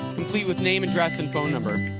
complete with name address and phone number.